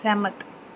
ਸਹਿਮਤ